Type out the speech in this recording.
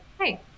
hey